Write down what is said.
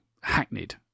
hackneyed